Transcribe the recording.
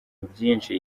byinshi